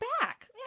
back